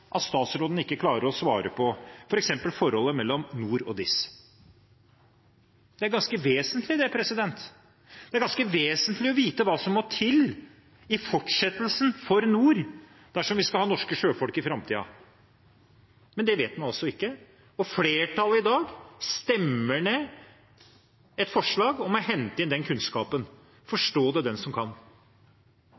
at statsråden ikke klarer å svare om f.eks. forholdet mellom NOR og NIS. Det er ganske vesentlig. Det er ganske vesentlig å vite hva som må til i fortsettelsen for NOR dersom vi skal ha norske sjøfolk i framtiden. Men det vet man altså ikke, og flertallet i dag stemmer ned et forslag om å hente inn den kunnskapen.